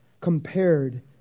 compared